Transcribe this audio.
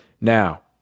Now